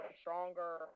stronger